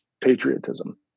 patriotism